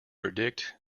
predict